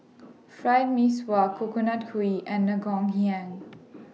Fried Mee Sua Coconut Kuih and Ngoh Hiang